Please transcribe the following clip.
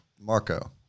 Marco